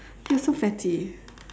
you're so fatty